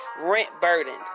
rent-burdened